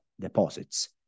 deposits